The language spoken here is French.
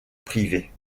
privées